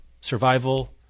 survival